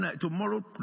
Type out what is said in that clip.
tomorrow